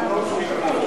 הוא אמר שהוא יתמוך,